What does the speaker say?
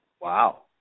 Wow